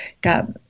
got